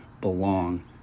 belong